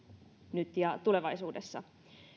nyt ja tulevaisuudessa